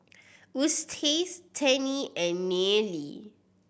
Eustace Tennie and Nealie